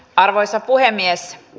arvoisa puhemies